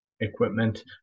equipment